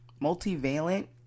multivalent